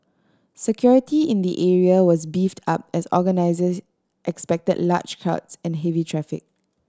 security in the area was beefed up as organisers expected large crowds and heavy traffic